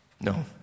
No